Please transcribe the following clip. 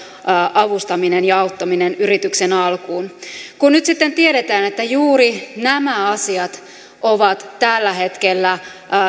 avustaminen ja auttaminen yrityksen alkuun kun nyt sitten tiedetään että juuri nämä asiat ovat tällä hetkellä